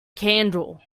candle